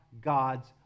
God's